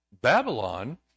Babylon